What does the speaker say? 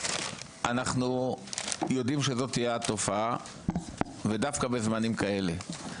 אנחנו יודעים שזאת תהיה התופעה ודווקא בזמנים כאלה.